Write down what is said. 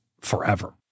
forever